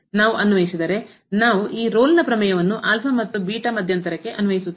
ನಾವು ಅನ್ವಯಿಸಿದರೆ ನಾವು ಈ ರೋಲ್ನ ಪ್ರಮೇಯವನ್ನು ಮತ್ತು ಮಧ್ಯಂತರಕ್ಕೆ ಅನ್ವಯಿಸುತ್ತೇವೆ